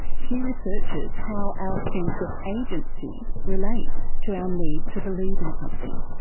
she researches how our sense of agency relates to our need to believe in something.